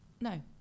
no